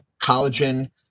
collagen